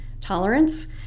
tolerance